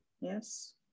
yes